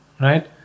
right